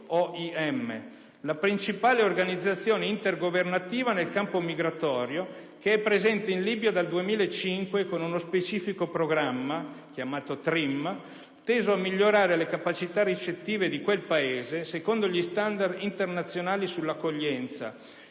(OIM), la principale organizzazione intergovernativa nel campo migratorio, che è presente in Libia dal 2005 con uno specifico programma, chiamato TRIM, teso a migliorare le capacità ricettive di quel Paese secondo gli standard internazionali sull'accoglienza